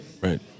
Right